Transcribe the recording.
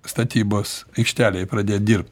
statybos aikštelėj pradėt dirbt